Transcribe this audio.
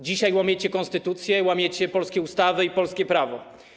Dzisiaj łamiecie konstytucję, łamiecie polskie ustawy i polskie prawo.